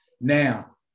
Now